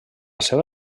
seva